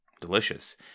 Delicious